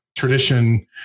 tradition